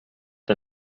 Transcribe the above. der